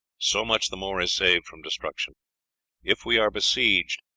so much the more is saved from destruction if we are besieged,